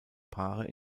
paare